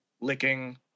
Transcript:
licking